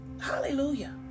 Hallelujah